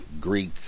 Greek